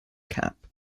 cap